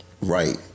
Right